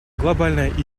глобальная